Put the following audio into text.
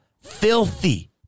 filthy